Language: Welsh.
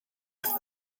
wrth